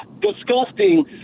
Disgusting